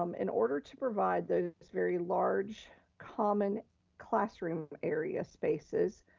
um in order to provide those very large common classroom area spaces,